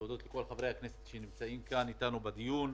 אני מבקש להודות לכל חברי הכנסת שנמצאים כאן איתנו בדיון.